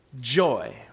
joy